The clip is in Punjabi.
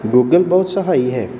ਗੂਗਲ ਬਹੁਤ ਸਹਾਈ ਹੈ